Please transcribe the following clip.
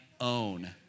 own